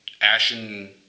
ashen